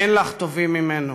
אין לך טובים ממנו.